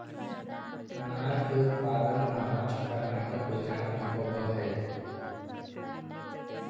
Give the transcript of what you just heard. अनार के उत्पादन महाराष्ट्र, कर्नाटक, गुजरात में होवऽ हई